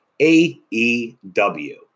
AEW